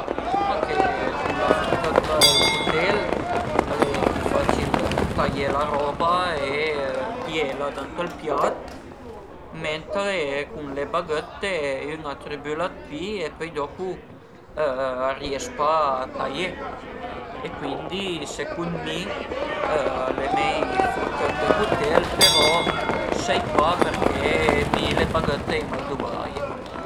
Ma dizuma che cun la furchëta e ël cutèl al e pi facil taié la roba e piela da ënt ël piat, mentre cun le baghëtte ün a tribüla d'pi e pöi dopu a ries pa a taié e cuindi secund mi al e mei furchëtte e cutèl përò sai pa përché mi le bahëtte ai mai duvraie